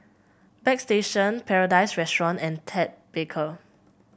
Bagstation Paradise Restaurant and Ted Baker